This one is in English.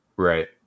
right